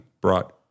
brought